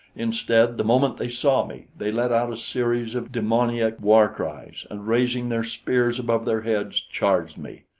instead, the moment they saw me, they let out a series of demoniac war-cries, and raising their spears above their heads, charged me.